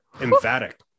Emphatic